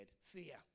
fear